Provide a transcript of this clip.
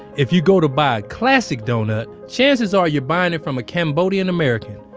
if you go to buy a classic doughnut, chances are you're buying it from a cambodian american.